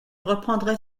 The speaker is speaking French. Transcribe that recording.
reprendrai